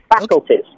faculties